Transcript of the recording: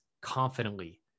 confidently